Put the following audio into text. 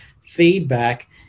feedback